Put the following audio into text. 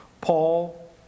Paul